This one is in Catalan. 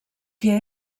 que